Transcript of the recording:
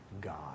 God